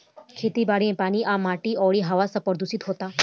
खेती बारी मे पानी आ माटी अउरी हवा सब प्रदूशीत होता